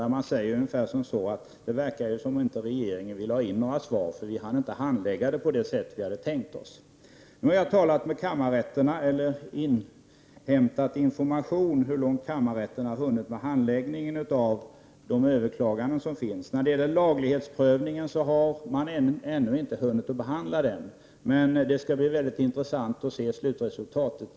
Där säger man att det verkar som om regeringen inte vill ha in några svar. Man hinner nämligen inte handlägga frågorna på de sätt man hade tänkt sig ute i kommunerna. Nu har jag inhämtat information om hur långt kammarrätten har hunnit med handläggningen av de överklaganden som finns. Laglighetsprövningen har man ännu inte hunnit behandla. Det skall dock bli mycket intressant att se slutresultatet.